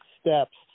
steps